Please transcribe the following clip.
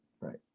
Right